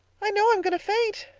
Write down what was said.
i know i'm going to faint.